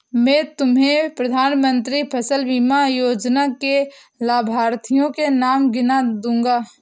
मैं तुम्हें प्रधानमंत्री फसल बीमा योजना के लाभार्थियों के नाम गिना दूँगा